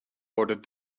ordered